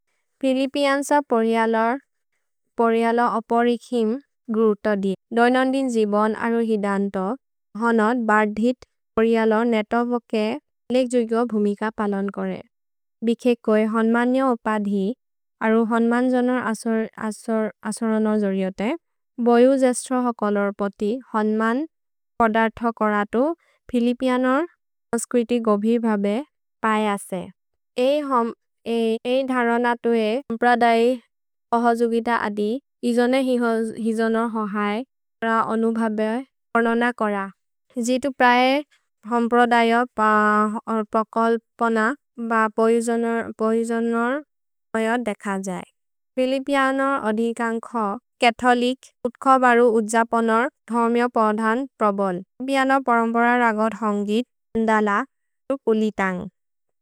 फिलिपिअन्स पोरिअलोर् पोरिअलो अपरिखिम् गुरुतदि। दोइनोन्दिन् जिबोन् अरु हिदन्तो होनोद् बर्धित् पोरिअलोर् नेतोवोके लेक्जुग्यो भुमिक पलोन् कोरे। भिखेकोइ होन्मन्यो अपधि अरु होन्मन् जोनोर् असोरनो जोर्योते बोयु जेस्त्रो हो कोलोर् पोति होन्मन् पोदर्थो कोरतु फिलिपिअनोर् ओस्क्रिति गोबिर् भबे पयसे। एइ धरन तुहे हम्प्रदै अहजुगित अदि इजोने हिजोनोर् होहए र अनुभबे अनोन कोर। जितु प्रए हम्प्रदय पकल्पन ब पयुजोनोर् पयो देख जये। फिलिपिअनोर् अधिकन्खो कथोलिक् उत्ख बरु उज्जपनोर् धर्म्यो पर्धन् प्रबोल्। फिलिपिअनो परम्पर रगधोन्गित् अन्दल तु कुलितन्ग्।